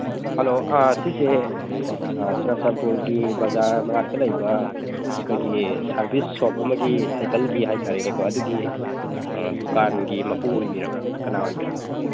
hello ꯁꯤꯁꯦ ꯆꯨꯔꯆꯥꯟꯄꯨꯔꯒꯤ ꯕꯖꯥꯔ ꯃꯅꯥꯛꯇ ꯂꯩꯕ ꯑꯩꯈꯣꯏꯒꯤ ꯁꯥꯔꯚꯤꯁ ꯁꯣꯞ ꯑꯃꯒꯤ ꯁꯥꯏꯀꯜꯒꯤ ꯍꯥꯏ ꯇꯥꯔꯦꯅꯦꯀꯣ ꯑꯗꯨꯒꯤ ꯗꯨꯀꯥꯟꯒꯤ ꯃꯄꯨ ꯑꯣꯏꯕꯤꯔꯕ꯭ꯔꯥ ꯀꯅꯥ ꯑꯣꯏꯕꯤꯔꯝꯅꯣ